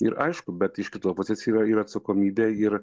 ir aišku bet iš kitos pusės yra yra atsakomybė ir